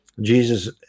Jesus